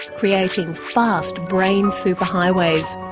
creating fast brain superhighways.